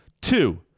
Two